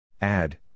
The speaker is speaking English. Add